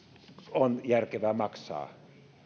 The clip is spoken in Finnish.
on järkevä maksaa